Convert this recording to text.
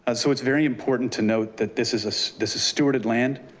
ah so it's very important to note that this is so this is stewarded land.